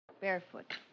Barefoot